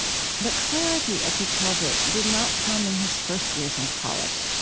but clarity, as he tells it, did not come in his first years in college,